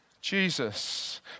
Jesus